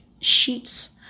sheets